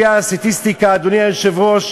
ועל-פי הסטטיסטיקה, אדוני היושב-ראש,